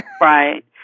Right